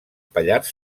pallars